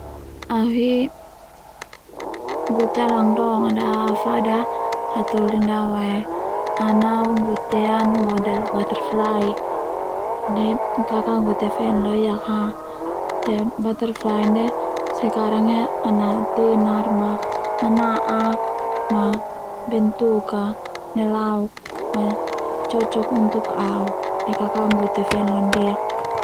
Au hi gute au langadong au afada hatoli ndia au ae au nau guten an model butterfly de Kaka gute fen loaiak ha te butterfly ndia sekarang ia ana tenar ma mana'a ma bentuk a nelauk ma cocok untuk au de kaka gute fen londiak.